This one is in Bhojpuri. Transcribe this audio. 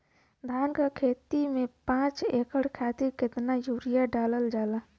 धान क खेती में पांच एकड़ खातिर कितना यूरिया डालल जाला?